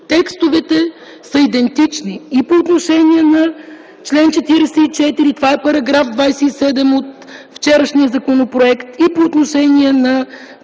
Текстовете са идентични и по отношение на чл. 44 – това е § 27 от вчерашния законопроект, и по отношение на